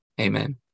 Amen